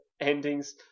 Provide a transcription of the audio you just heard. endings